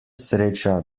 sreča